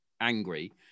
angry